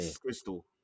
crystal